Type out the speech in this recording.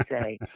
say